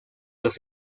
los